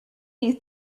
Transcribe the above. you